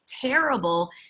terrible